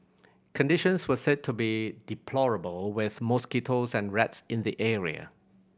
conditions were said to be deplorable with mosquitoes and rats in the area